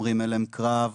אומרים הלם קרב,